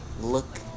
look